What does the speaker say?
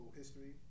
history